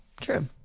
true